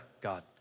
God